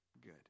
good